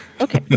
okay